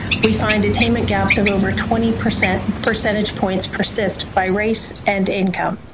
we find attainment gaps of over twenty percentage percentage points persist by race and income.